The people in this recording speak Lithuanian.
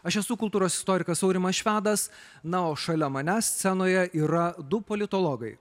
aš esu kultūros istorikas aurimas švedas na o šalia manęs scenoje yra du politologai